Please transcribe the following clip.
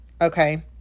Okay